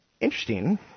Interesting